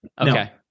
Okay